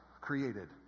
created